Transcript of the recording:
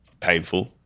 painful